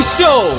Show